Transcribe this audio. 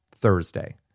Thursday